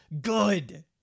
good